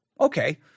okay